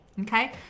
okay